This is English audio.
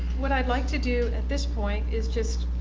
what i'd like to do at this point is just